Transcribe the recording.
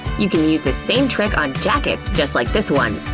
you can use this same trick on jackets just like this one.